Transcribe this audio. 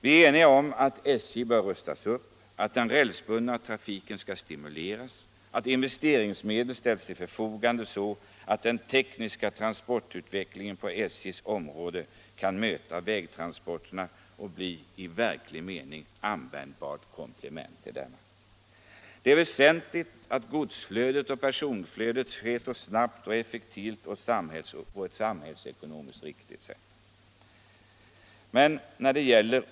Vi är eniga om att SJ bör rustas upp, att den rälsbundna trafiken skall stimuleras, att investeringsmedel skall ställas till förfogande så att den tekniska transportutvecklingen på SJ:s område kan möta utvecklingen på vägtransporternas område och bli ett i verklig mening användbart komplement till dessa. Det väsentliga är att godsflödet och personflödet sker på ett snabbt, effektivt och samhällsekonomiskt riktigt sätt.